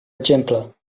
exemple